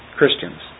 Christians